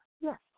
yes